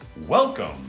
Welcome